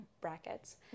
brackets